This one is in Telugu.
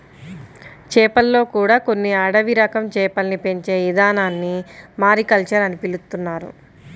చేపల్లో కూడా కొన్ని అడవి రకం చేపల్ని పెంచే ఇదానాన్ని మారికల్చర్ అని పిలుత్తున్నారు